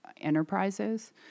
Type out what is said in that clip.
enterprises